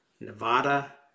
Nevada